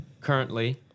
currently